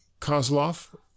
Kozlov